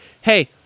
hey